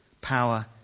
power